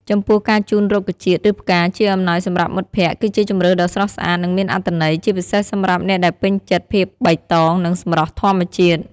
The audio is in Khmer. ចំពោះការជូនរុក្ខជាតិ ឬផ្កា ជាអំណោយសម្រាប់មិត្តភក្តិ គឺជាជម្រើសដ៏ស្រស់ស្អាត និងមានអត្ថន័យ ជាពិសេសសម្រាប់អ្នកដែលពេញចិត្តភាពបៃតង និងសម្រស់ធម្មជាតិ។